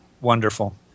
Wonderful